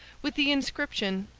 with the inscription,